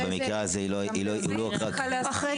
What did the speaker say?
ובמקרה הזה היא לא הוכרה --- א"ת: אחרי